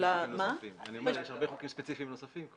יש הרבה חוקים ספציפיים נוספים.